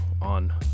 on